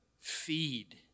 feed